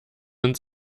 ins